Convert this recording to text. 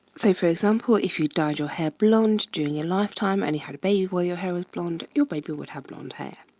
so for example, if you dyed your hair blonde during your lifetime and you had a baby boy, your hair was blonde, your baby would have blonde hair.